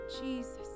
Jesus